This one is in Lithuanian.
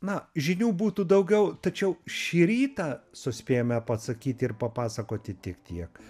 na žinių būtų daugiau tačiau šį rytą suspėjome pasakyti ir papasakoti tik tiek